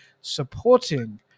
supporting